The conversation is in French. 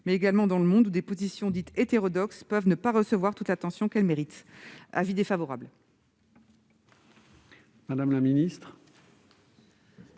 mais également dans le monde, où des positions dites « hétérodoxes » peuvent ne pas recevoir toute l'attention qu'elles méritent. Mais l'avis